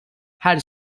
her